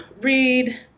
read